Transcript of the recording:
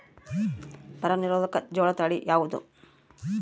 ಬರ ನಿರೋಧಕ ಜೋಳ ತಳಿ ಯಾವುದು?